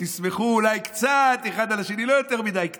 תסמכו אולי קצת אחד על השני, לא יותר מדי, קצת,